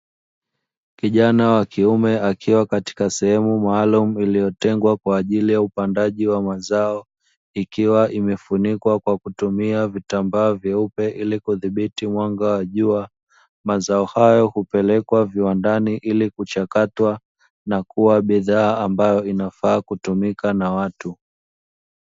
Kijana wa kiume akiwa katika sehemu maalumu iliyotengwa kwa ajili ya upandaji wa mazao, ikiwa imefunikwa kwa kutumia vitambaa vyeupe ili kudhibiti mwanga wa jua, mazao hayo hupelekwa kiwandani ili kuchakatwa na kuwa bidhaa ambayo inafaa kutumika na watu.